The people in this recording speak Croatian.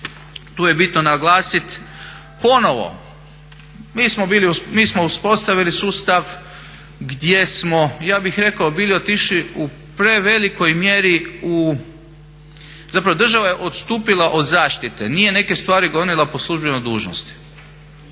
tu je bitno naglasiti ponovo, mi smo bili, mi smo uspostavili sustav gdje smo ja bih rekao bili otišli u prevelikoj mjeri u, zapravo država je odstupila od zaštite, nije neke stvari gonila po službenoj dužnosti.